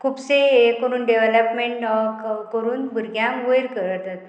खुबशे हे करून डेवलॉपमेंट करून भुरग्यांक वयर करतात